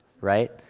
right